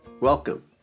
Welcome